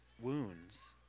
wounds